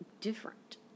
different